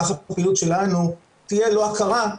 כך הפעילות שלנו תהיה לא עקרה,